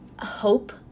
hope